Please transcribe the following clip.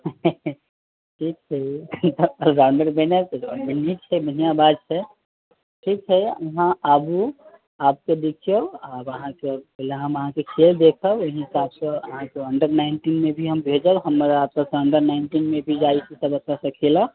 ठीकछै तखन तऽ अलराउन्डर बनिए के जाउ छै बढिऑं बात छै ठीक छै अहाँ आबु आबिके देखियौ आब पहिने अहाँके यहाँ हम खेल देखब ओहि हिसाबसे अहाँके अन्डर नाइनटीन मे भी भेजब हमरा एतय से सब अन्डर नाइनटीन मे भी जाइ छै सब एतयसे खेलह